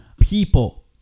people